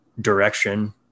direction